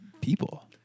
people